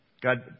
God